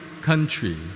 country